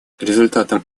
результатом